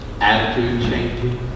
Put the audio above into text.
Attitude-changing